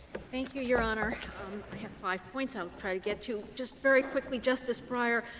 thank you, your honor. i have five points i'll try to get to. just very quickly, justice breyer,